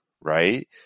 right